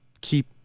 keep